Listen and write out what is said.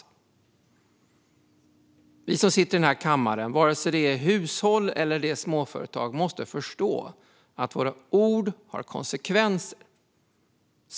Vi som sitter i denna kammare måste förstå att våra ord, oavsett om de gäller hushåll eller småföretag, får konsekvenser.